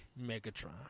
Megatron